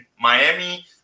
Miami